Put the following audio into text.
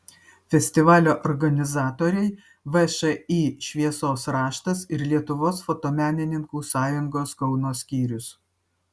festivalio organizatoriai všį šviesos raštas ir lietuvos fotomenininkų sąjungos kauno skyrius